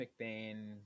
McBain